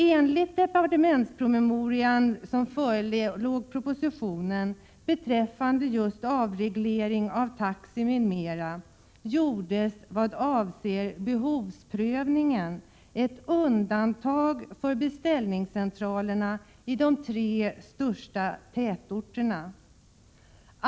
Enligt den departementspromemoria som föregick propositionen gjordes beträffande just avreglering av taxi m.m. i fråga om behovsprövningen ett undantag för beställningscentralerna i de tre största tätorterna.